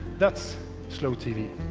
that's slow tv.